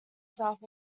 south